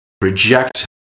Reject